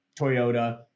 Toyota